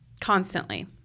Constantly